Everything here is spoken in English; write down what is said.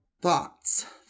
Thoughts